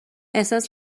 احساس